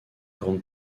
grande